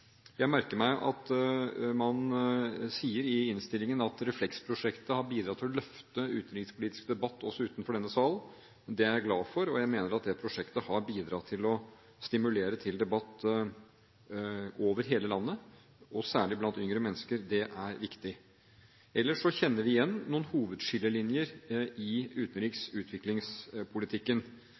Jeg merker meg at man sier i innstillingen at Refleks-prosjektet har bidratt til å løfte utenrikspolitisk debatt også utenfor denne salen. Det er jeg glad for, og jeg mener at det prosjektet har bidratt til å stimulere til debatt over hele landet og særlig blant yngre mennesker. Det er viktig. Ellers kjenner vi igjen noen hovedskillelinjer i utenriks- og utviklingspolitikken,